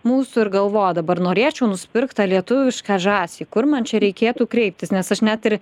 mūsų ir galvoja dabar norėčiau nusipirkt tą lietuvišką žąsį kur man čia reikėtų kreiptis nes aš net ir